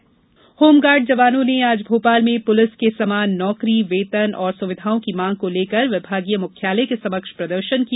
home guard home guard जवानों ने आज भोपाल में पुलिस के समान नौकरी वेतन और सुविधाओं की मांग को लेकर विभागीय मुख्यालय के समक्ष प्रदर्शन किया